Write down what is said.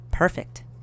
Perfect